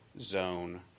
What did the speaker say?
zone